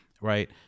Right